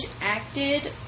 acted